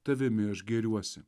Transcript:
tavimi aš gėriuosi